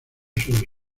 sobre